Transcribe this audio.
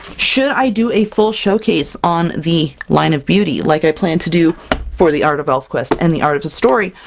should i do a full showcase on the line of beauty, like i plan to do for the art of elfquest and the art of the story,